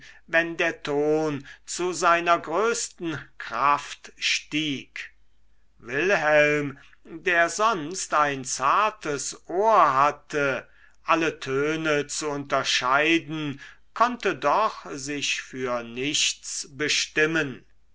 wenn der ton zu seiner größten kraft stieg wilhelm der sonst ein zartes ohr hatte alle töne zu unterscheiden konnte doch sich für nichts bestimmen